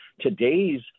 Today's